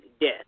death